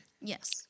Yes